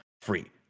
free